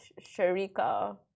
sharika